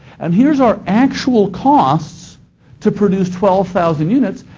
and here's our actual costs to produce twelve thousand units,